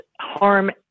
Harm